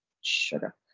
sugar